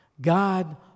God